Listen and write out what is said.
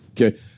Okay